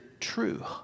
true